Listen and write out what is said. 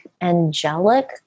angelic